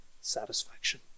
satisfaction